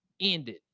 ended